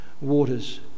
waters